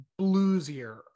bluesier